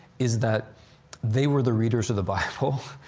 is that they were the readers of the bible,